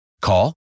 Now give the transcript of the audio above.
Call